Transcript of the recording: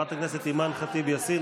חברת הכנסת אימאן ח'טיב יאסין,